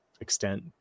extent